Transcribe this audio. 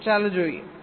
તો ચાલો જોઈએ